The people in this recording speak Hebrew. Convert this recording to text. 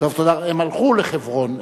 הם הלכו לחברון,